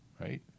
right